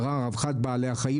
רווחת בעלי-החיים,